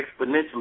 exponentially